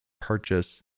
purchase